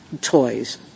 toys